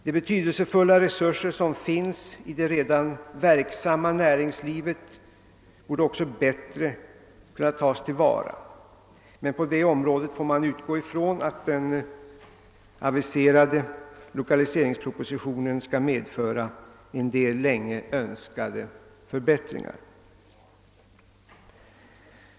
De betydelsefulla resurser som finns i det redan verksamma näringslivet borde också bättre kunna tas till vara. Men på detta område får man utgå ifrån att den aviserade lokaliseringspropositionen skall medföra vissa länge önskade förbättringar.